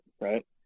right